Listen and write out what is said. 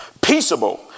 Peaceable